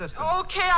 Okay